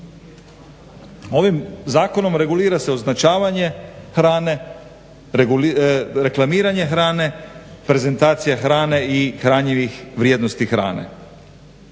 Ovim zakonom regulira se označavanje hrane, reklamiranje hrane, prezentacija hrane i hranjivih vrijednosti hrane.